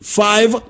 five